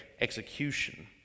execution